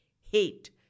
hate